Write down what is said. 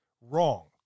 wrong